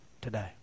today